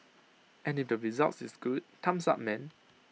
and if the results is good thumbs up man